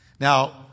Now